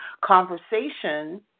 conversation